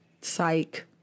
psych